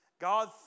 God